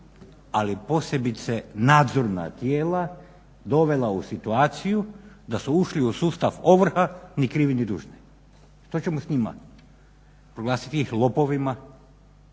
ali posebice nadzorna tijela, dovela u situaciju da su ušli u sustav ovrha ni krivi ni dužni. Što ćemo s njima? Proglasiti ih lopovima,